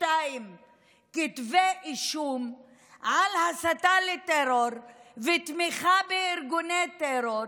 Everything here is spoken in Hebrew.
כתבי אישום על הסתה לטרור ותמיכה בארגוני טרור,